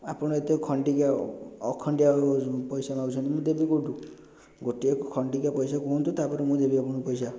ଆପଣ ଏତେ ଖଣ୍ଡିକିଆ ଅଖଣ୍ଡିଆ ପଇସା ମାଗୁଛନ୍ତି ମୁଁ ଦେବି କେଉଁଠୁ ଗୋଟିଏ ଖଣ୍ଡିକିଆ ପଇସା କୁହନ୍ତୁ ତା'ପରେ ମୁଁ ଦେବି ଆପଣଙ୍କୁ ପଇସା